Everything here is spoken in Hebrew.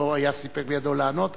לא היה סיפק בידו לענות,